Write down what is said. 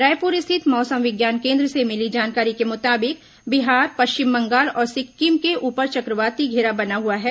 रायपुर स्थित मौसम विज्ञान केन्द्र से मिली जानकारी के मुताबिक बिहार पश्चिम बंगाल और सिक्किम के ऊपर चक्रवाती घेरा बना हुआ है